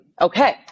Okay